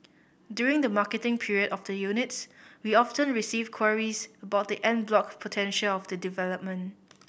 during the marketing period of the units we often receive queries about the en bloc potential of the development